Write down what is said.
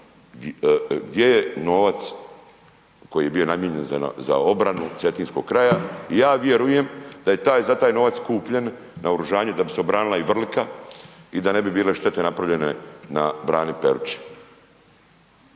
gdje je novac koji je bio namijenjen za obranu Cetinskog kraja. Ja vjerujem da je za taj novac kupljen, naoružanje, da bi se obranila i Vrlika i da ne bi bile štete napravljene na brani Peruča.